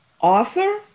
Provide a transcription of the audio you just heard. Author